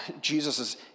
Jesus